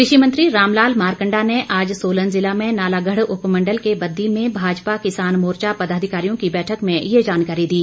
कृषि मंत्री रामलाल मारकंडा ने आज सोलन जिला में नालागढ उपमंडल के बद्दी में भाजपा किसान मोर्चा पदाधिकारियों की बैठक में ये जानकारी दी